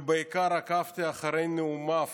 ובעיקר עקבתי אחרי נאומיו